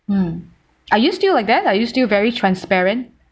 um are you still like that are you still very transparent